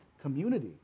community